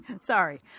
sorry